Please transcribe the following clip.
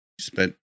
spent